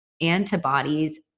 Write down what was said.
antibodies